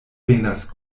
venas